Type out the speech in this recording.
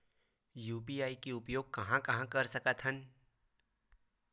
UPI के उपयोग कहां कहा कर सकत हन?